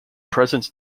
present